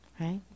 Right